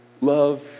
Love